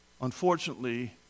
Unfortunately